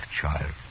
child